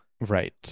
Right